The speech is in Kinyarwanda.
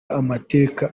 amateka